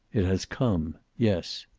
it has come. yes.